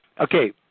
okay